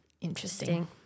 Interesting